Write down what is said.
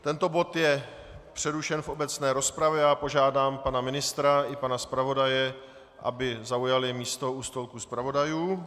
Tento bod je přerušen v obecné rozpravě a já požádám pana ministra i pana zpravodaje, aby zaujali místo u stolku zpravodajů.